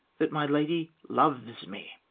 that my lady loves me.